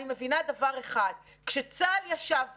אני מבינה דבר אחד: כשצה"ל ישב פה,